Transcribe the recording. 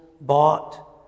bought